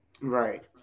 Right